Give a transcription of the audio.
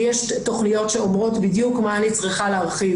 לי יש תכניות שאומרות בדיוק מה אני צריכה להרחיב,